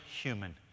human